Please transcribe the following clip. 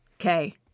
Okay